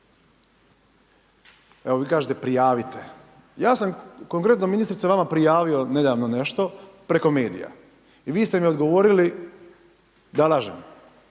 evo vi kažete prijavite. Ja sam korektno ministrice vama prijavio nedavno nešto, preko medija i vi ste mi odgovorili da lažem.